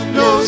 no